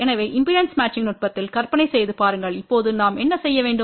எனவே impedance matching நுட்பத்தில் கற்பனை செய்து பாருங்கள் இப்போது நாம் என்ன செய்ய வேண்டும்